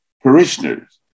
parishioners